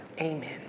Amen